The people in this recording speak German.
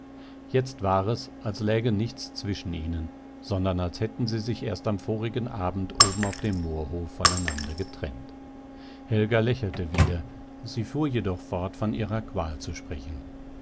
jetzt war es als läge nichts zwischen ihnen sondern als hätten sie sich erst am vorigen abend oben auf dem moorhof voneinander getrennt helga lächelte wieder sie fuhr jedoch fort von ihrer qual zu sprechen